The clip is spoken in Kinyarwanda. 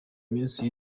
iminsi